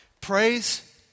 Praise